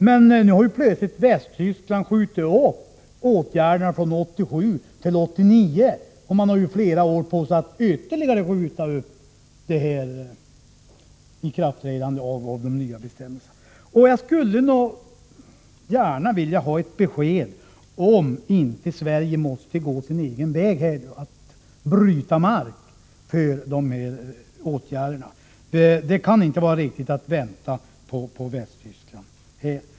Men nu har Västtyskland plötsligt skjutit upp ikraftträdandet av åtgärderna från 1987 till 1989, och man har flera år på sig att skjuta upp detta ikraftträdande ytterligare. Jag skulle nog gärna vilja ha ett besked om inte Sverige måste gå sin egen väg och bryta mark för de här åtgärderna. Det kan inte vara riktigt att vänta på Västtysklands ställningstagande.